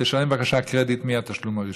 תשלם בבקשה בקרדיט מהתשלום הראשון.